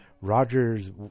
Roger's